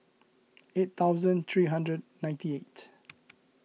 eight thousand three hundred ninety eight